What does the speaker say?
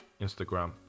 Instagram